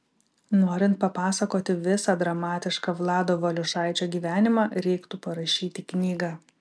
norint papasakoti visą dramatišką vlado valiušaičio gyvenimą reiktų parašyti knygą